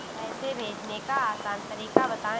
पैसे भेजने का आसान तरीका बताए?